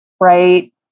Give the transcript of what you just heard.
right